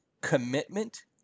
commitment